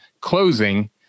closing